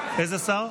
איזה שר?